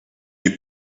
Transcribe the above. est